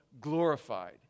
glorified